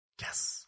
Yes